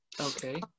okay